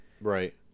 Right